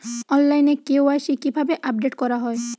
অনলাইনে কে.ওয়াই.সি কিভাবে আপডেট করা হয়?